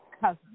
cousin